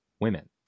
women